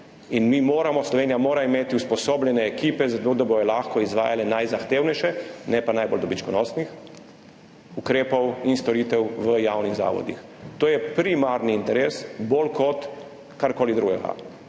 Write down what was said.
In mi moramo, Slovenija mora imeti usposobljene ekipe za to, da bodo lahko izvajale najzahtevnejše, ne pa najbolj dobičkonosnih ukrepov in storitev v javnih zavodih. To je primarni interes, bolj kot karkoli drugega.